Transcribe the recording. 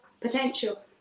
potential